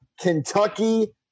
Kentucky